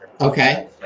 okay